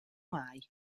mai